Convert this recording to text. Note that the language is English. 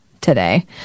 today